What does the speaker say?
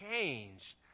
changed